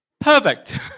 Perfect